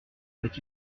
avait